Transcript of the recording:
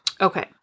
Okay